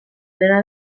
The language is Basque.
dena